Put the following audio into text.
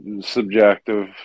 subjective